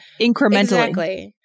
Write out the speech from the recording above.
incrementally